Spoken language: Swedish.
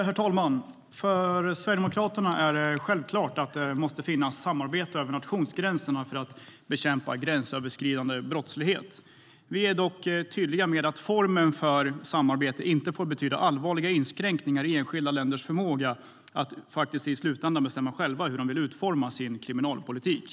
Herr talman! För Sverigedemokraterna är det självklart att det måste finnas samarbete över nationsgränserna för att bekämpa gränsöverskridande brottslighet. Vi är dock tydliga med att formen för samarbete inte får betyda allvarliga inskränkningar i enskilda länders förmåga att i slutändan faktiskt bestämma själva hur de vill utforma sin kriminalpolitik.